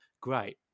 Great